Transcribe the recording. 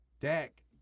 Dak